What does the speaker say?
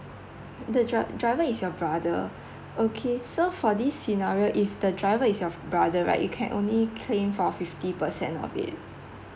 the dri~ driver is your brother okay so for this scenario if the driver is your brother right you can only claim for fifty percent of it